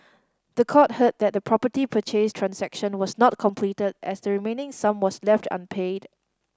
the court heard that the property purchase transaction was not completed as the remaining sum was left unpaid